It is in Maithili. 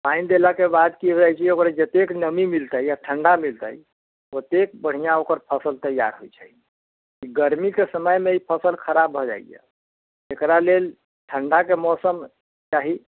पानि देलाके बाद की होइत छै ओकरा जतेक नमी मिलतै आ ठण्डा मिलतै ओतेक बढ़िआँ ओकर फसल तैयार होइत छै गर्मीके समयमे ई फसल खराब भए जाइए एकरा लेल ठण्डाके मौसम चाही